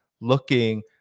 looking